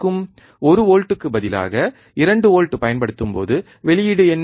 1 வோல்ட்டுக்கு பதிலாக 2 வோல்ட் பயன்படுத்தும்போது வெளியீடு என்ன